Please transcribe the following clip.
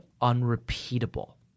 unrepeatable